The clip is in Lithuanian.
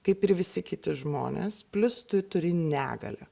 kaip ir visi kiti žmonės plius tu turi negalią